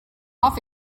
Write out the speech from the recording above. off